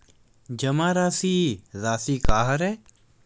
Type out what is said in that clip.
जमा राशि राशि का हरय?